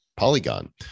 Polygon